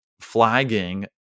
flagging